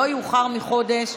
לא יאוחר מחודש,